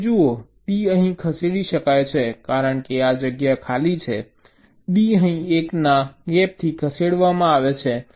તમે જુઓ D અહીં ખસેડી શકાય છે કારણ કે આ જગ્યા ખાલી છે D અહીં 1 ના ગેપથી ખસેડવામાં આવે છે